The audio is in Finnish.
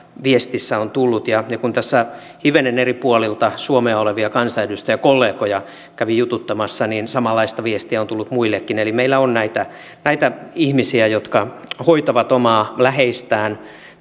viestissä on tullut ja ja kun tässä hivenen eri puolilta suomea olevia kansanedustajakollegoja kävin jututtamassa niin samanlaista viestiä on tullut muillekin eli meillä on näitä näitä ihmisiä jotka hoitavat omaa läheistään